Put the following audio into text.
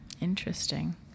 interesting